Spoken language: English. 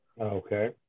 Okay